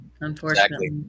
unfortunately